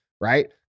right